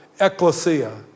ecclesia